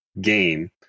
game